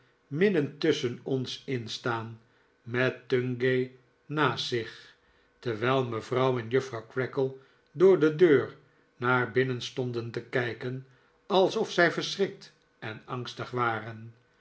midden tusschen ons in staan met tungay naast zich terwijl mevrouw en juffrouw creakle door de deur naar binnen stonden te kijken alsof zij verschrikt en angstig waren